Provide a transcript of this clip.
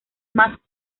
más